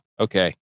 Okay